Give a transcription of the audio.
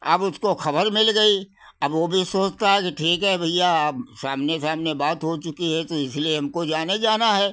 अब उसको खबर मिल गई अब वो भी सोचता है कि ठीक है भइया अब सामने सामने बात हो चुकी है तो इसलिए हमको जानै जाना है